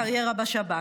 קריירה בשב"כ,